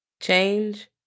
Change